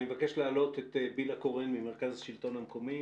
אני מבקש להעלות את בלהה קורן ממרכז השלטון המקומי,